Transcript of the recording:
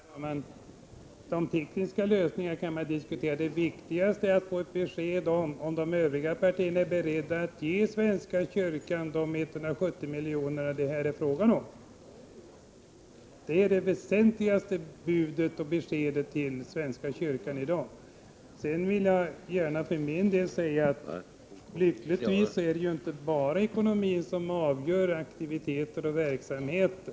Herr talman! De tekniska lösningarna kan man diskutera. De viktigaste är att få besked huruvida övriga partier — alltså utöver centern — är beredda att ge svenska kyrkan de 170 miljoner som det här är fråga om. Detta är det väsentligaste beskedet till svenska kyrkan i dag. Jag vill gärna för min del säga att det lyckligtvis inte bara är ekonomin som avgör aktiviteter och verksamheter.